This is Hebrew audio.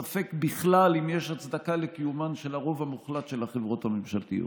ספק בכלל אם יש הצדקה לקיומן של הרוב המוחלט של החברות הממשלתיות.